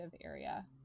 area